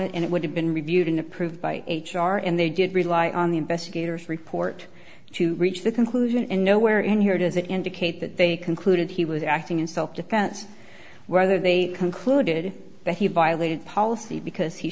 it and it would have been reviewed and approved by h r and they did rely on the investigators report to reach the conclusion in no where in here does it indicate that they concluded he was acting in self defense whether they concluded that he violated policy because he